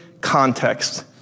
context